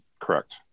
correct